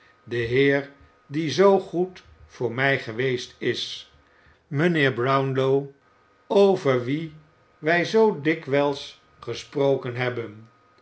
den heer die zoo goed voor mij geweest is mijnheer brownlow over wien wij zoo dikwijls gesproken hebben